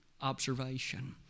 observation